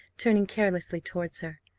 turning carelessly towards her,